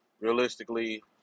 realistically